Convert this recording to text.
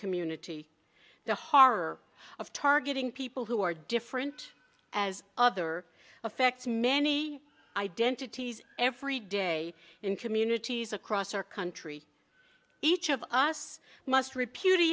community the horror of targeting people who are different as other affects many identities every day in communities across our country each of us must repu